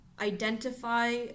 identify